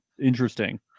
interesting